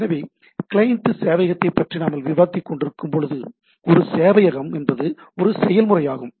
எனவே கிளையன்ட் சேவையகத்தைப் பற்றி நாங்கள் விவாதித்துக்கொண்டிருக்கும்போது ஒரு சேவையகம் என்பது ஒரு செயல்முறையாகும்